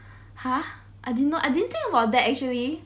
!huh! I didn't know I didn't think about that actually